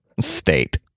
state